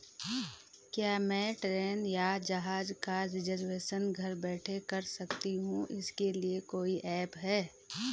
क्या मैं ट्रेन या जहाज़ का रिजर्वेशन घर बैठे कर सकती हूँ इसके लिए कोई ऐप है?